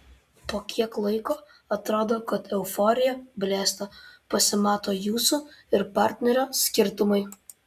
po kiek laiko atrodo kad euforija blėsta pasimato jūsų ir partnerio skirtumai